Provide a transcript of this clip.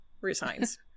resigns